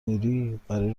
میری؟ برای